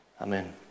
Amen